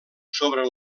sobre